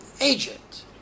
agent